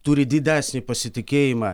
turi didesnį pasitikėjimą